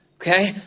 okay